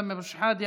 סמי אבו שחאדה,